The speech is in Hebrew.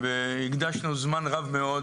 והקדשנו זמן רב מאוד